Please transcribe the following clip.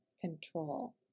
control